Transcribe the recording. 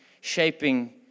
shaping